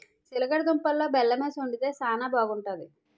సిలగడ దుంపలలో బెల్లమేసి వండితే శానా బాగుంటాది